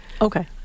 Okay